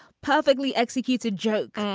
perfectly executed joke,